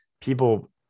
people